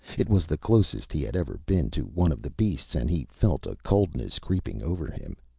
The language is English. it was the closest he had ever been to one of the beasts and he felt a coldness creeping over him.